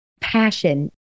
passion